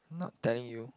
not telling you